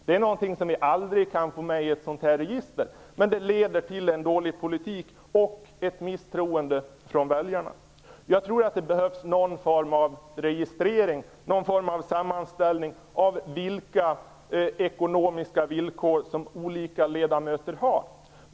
Det är någonting som vi aldrig kan få med i ett register men som leder till en dålig politik och ett misstroende från väljarna. Jag tror att det behövs någon form av register, någon form av sammanställning av vilka ekonomiska villkor som olika ledamöter har.